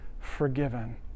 forgiven